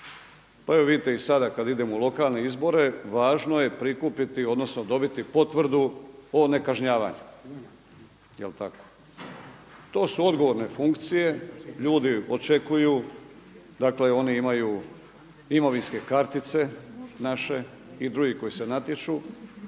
pa evo vidite i sada kada idemo u lokalne izbore važno je prikupiti odnosno dobiti potvrdu o nekažnjavanju jel tako. To su odgovorne funkcije, ljudi očekuju oni imaju imovinske kartice naše i drugi koji se natječu,